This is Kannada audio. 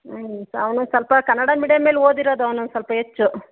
ಹ್ಞೂ ಸ ಅವನು ಸ್ವಲ್ಪ ಕನ್ನಡ ಮೀಡಿಯಮಲ್ಲಿ ಓದಿರೋದು ಅವ್ನು ಒಂದು ಸ್ವಲ್ಪ ಹೆಚ್ಚು